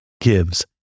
gives